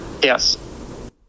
Yes